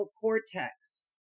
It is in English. cortex